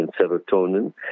serotonin